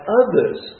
others